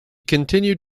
continued